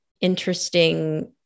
interesting